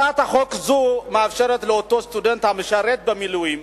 הצעת חוק זו מאפשרת לאותו סטודנט המשרת במילואים